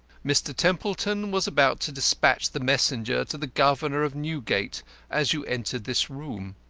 mr. templeton was about to despatch the messenger to the governor of newgate as you entered this room.